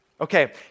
Okay